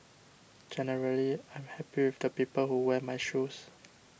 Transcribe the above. generally I'm happy with the people who wear my shoes